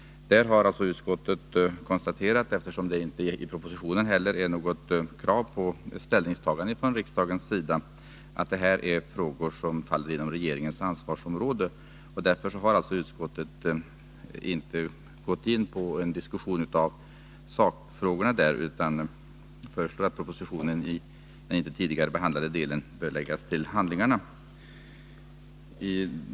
Utskottet konstaterar — eftersom det i propositionen inte framställs något krav på ställningstagande från riksdagens sida — att det här är frågor som faller inom regeringens ansvarsområde. Därför har utskottet inte gått in på en diskussion av sakfrågorna utan föreslår att propositionen i den inte tidigare behandlade delen skall läggas till handlingarna.